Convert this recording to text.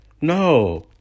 No